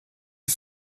you